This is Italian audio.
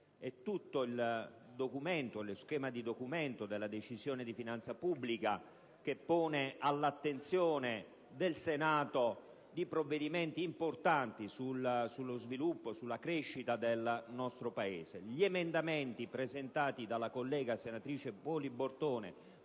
è tutto lo schema di Decisione di finanza pubblica a sottoporre all'attenzione del Senato provvedimenti importanti sullo sviluppo e sulla crescita del nostro Paese. Gli emendamenti presentati dalla collega senatrice Poli Bortone